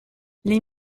les